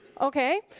okay